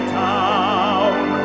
town